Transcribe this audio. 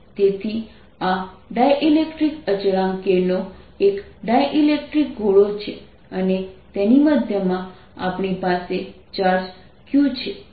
તેથી આ ડાઇલેક્ટ્રિક અચળાંક k નો એક ડાઇલેક્ટ્રિક ગોળો છે અને તેની મધ્યમાં આપણી પાસે ચાર્જ q છે